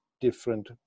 different